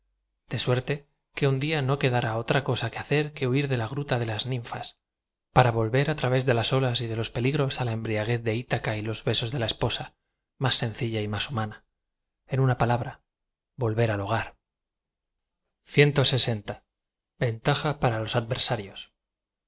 de suerte que un día no quedará otra cosa que hacer que huir de la gruta de las ninfas para v o lv e r á través de las olas y de los peligros á la embriaguez de itaca y los besos de la esposa máa sencilla y más humana en una palabra to le tr al hogar entaja p a ra loe adversarios